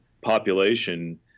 population